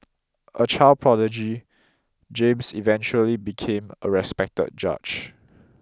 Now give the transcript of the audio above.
a child prodigy James eventually became a respected judge